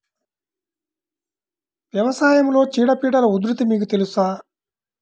వ్యవసాయంలో చీడపీడల ఉధృతి మీకు తెలుసా?